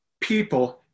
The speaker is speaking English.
people